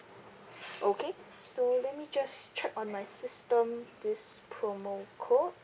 okay so let me just check on my system this promo code